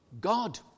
God